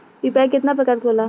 UPI केतना प्रकार के होला?